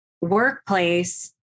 workplace